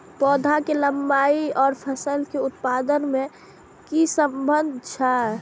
पौधा के लंबाई आर फसल के उत्पादन में कि सम्बन्ध छे?